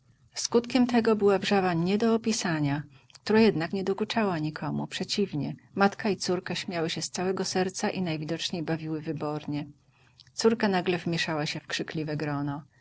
skutkiem tego była wrzawa nie do opisania która jednak nie dokuczała nikomu przeciwnie matka i córka śmiały się z całego serca i najwidoczniej bawiły wybornie córka nagle wmieszała się